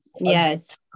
Yes